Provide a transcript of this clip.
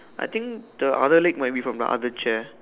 I think the other leg might be from the other chair